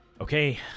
Okay